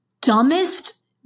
dumbest